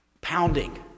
pounding